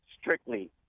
strictly